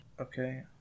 Okay